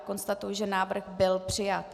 Konstatuji, že návrh by přijat.